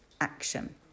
action